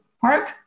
Park